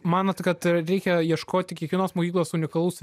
manot kad reikia ieškoti kiekvienos mokyklos unikalaus